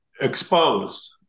exposed